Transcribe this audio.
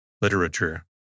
Literature